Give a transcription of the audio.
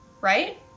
Right